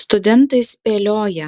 studentai spėlioja